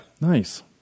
Nice